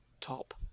Top